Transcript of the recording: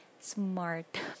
smart